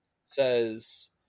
says